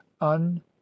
un